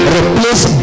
Replace